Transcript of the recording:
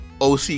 OC